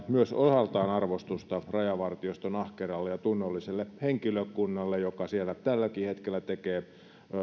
myös voisi osaltaan osoittaa arvostusta rajavartioston ahkeralle ja tunnolliselle henkilökunnalle joka siellä tälläkin hetkellä tekee